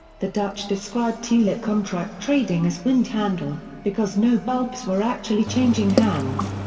the dutch described tulip contract trading as windhandel, because no bulbs were actually changing hands.